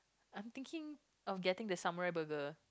I'm thinking of getting the sunrise burger